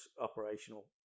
operational